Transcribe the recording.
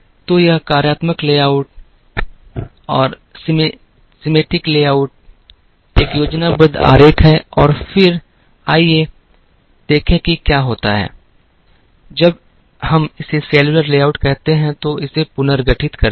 तो यह कार्यात्मक लेआउट का एक योजनाबद्ध आरेख है और फिर आइए देखें कि क्या होता है जब हम इसे सेलुलर लेआउट कहते हैं तो इसे पुनर्गठित करते हैं